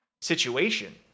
situation